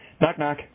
Knock-knock